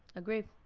agreed.